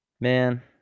Man